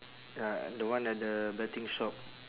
ya the one at the betting shop